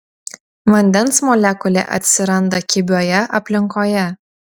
vandens molekulė atsiranda kibioje aplinkoje